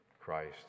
Christ